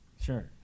Sure